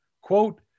quote